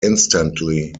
instantly